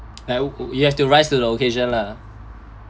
like you have to rise to the occasion lah